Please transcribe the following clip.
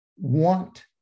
want